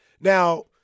Now